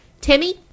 Timmy